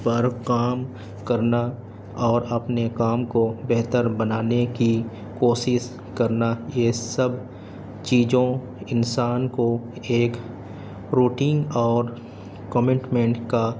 پر کام کرنا اور اپنے کام کو بہتر بنانے کی کوشش کرنا یہ سب چیزوں انسان کو ایک روٹین اور کمٹمنٹ کا